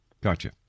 Gotcha